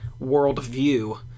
worldview